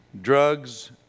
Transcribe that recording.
drugs